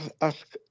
ask